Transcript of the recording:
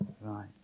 Right